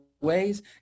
ways